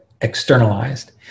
externalized